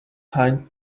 hind